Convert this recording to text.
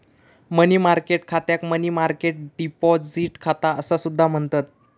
मनी market खात्याक money market deposit खाता असा सुद्धा म्हणतत